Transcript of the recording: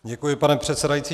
Děkuji, pane předsedající.